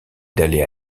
d’aller